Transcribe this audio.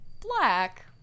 black